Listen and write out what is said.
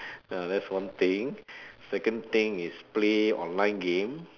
uh that's one thing second thing is play online game